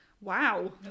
wow